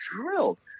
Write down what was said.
drilled